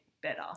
better